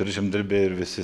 ir žemdirbiai ir visi